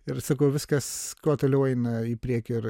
ir sakau viskas kuo toliau eina į priekį ir